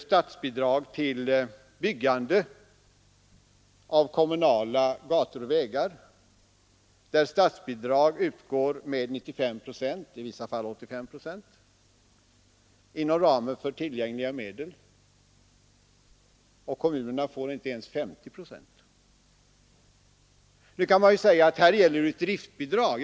Statsbidraget till byggande av kommunala gator och vägar utgår med 95 procent, i vissa fall med 85 procent, inom ramen för tillgängliga medel. Kommunerna får inte ens 50 procent. Nu kan man säga att det här gäller ett driftbidrag.